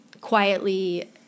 quietly